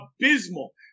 abysmal